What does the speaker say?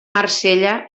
marsella